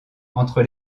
entre